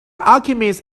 alchemist